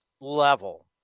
level